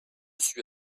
suis